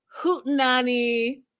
hootenanny